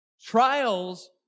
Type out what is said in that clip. Trials